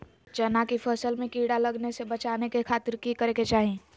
चना की फसल में कीड़ा लगने से बचाने के खातिर की करे के चाही?